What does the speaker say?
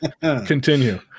continue